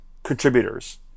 contributors